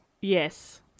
Yes